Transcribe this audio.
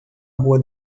rua